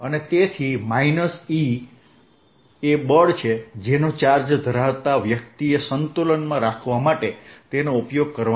તેથી minus E એ બળ છે જેનો ચાર્જ ધરાવતા વ્યક્તિએ સંતુલન રાખવા માટે તેનો ઉપયોગ કરવાનો રહેશે